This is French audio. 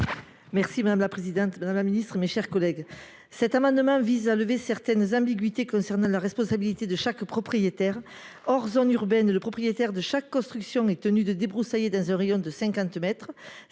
Merci madame la présidente Madame la Ministre, mes chers collègues. Cet amendement vise à lever certaines ambiguïtés, concernant la responsabilité de chaque propriétaire hors zone urbaine, le propriétaire de chaque construction est tenu de débroussailler dans un rayon de 50 mètres.